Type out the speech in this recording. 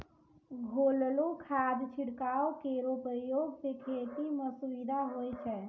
घोललो खाद छिड़काव केरो प्रयोग सें खेती म सुविधा होय छै